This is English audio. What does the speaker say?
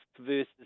versus